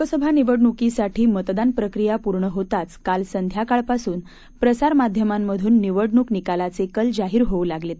लोकसभा निवडणुकीसाठी मतदान प्रक्रिया पूर्ण होताच काल संध्याकाळ पासून प्रसार माध्यमांमधून निवडणूक निकालाचे कल जाहीर होऊ लागलेत